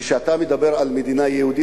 כשאתה מדבר על מדינה יהודית,